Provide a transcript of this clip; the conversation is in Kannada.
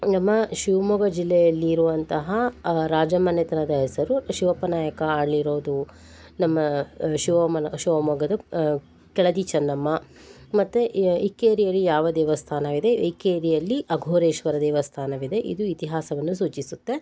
ನಮ್ಮ ಶಿವಮೊಗ್ಗ ಜಿಲ್ಲೆಯಲ್ಲಿ ಇರುವಂತಹ ರಾಜ ಮನೆತನದ ಹೆಸರು ಶಿವಪ್ಪ ನಾಯಕ ಆಳಿರೋದು ನಮ್ಮ ಶಿವಮ್ಮನ ಶಿವಮೊಗ್ಗದ ಕೆಳದಿ ಚೆನ್ನಮ್ಮ ಮತ್ತು ಇಕ್ಕೇರಿಯಲ್ಲಿ ಯಾವ ದೇವಸ್ಥಾನವಿದೆ ಇಕ್ಕೇರಿಯಲ್ಲಿ ಅಘೋರೇಶ್ವರ ದೇವಸ್ಥಾನವಿದೆ ಇದು ಇತಿಹಾಸವನ್ನು ಸೂಚಿಸುತ್ತೆ